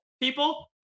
people